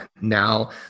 now